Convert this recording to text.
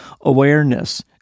awareness